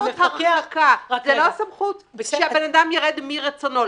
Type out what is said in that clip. זו לא סמכות שהבן-אדם יירד מרצונו.